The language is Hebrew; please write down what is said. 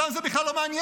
אותם זה בכלל לא מעניין.